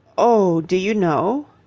oh, do you know?